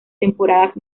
temporadas